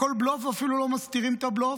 הכול בלוף, ואפילו לא מסתירים את הבלוף.